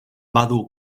badu